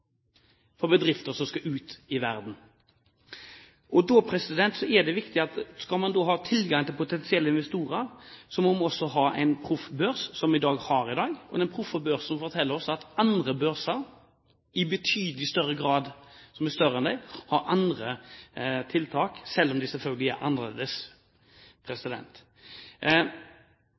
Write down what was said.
Skal man ha tilgang til potensielle investorer, er det viktig å ha en proff børs – som vi har i dag – og den proffe børsen forteller oss at andre børser som er betydelig større, har andre tiltak, selv om de selvfølgelig er annerledes.